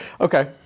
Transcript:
Okay